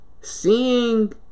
seeing